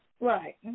Right